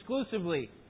exclusively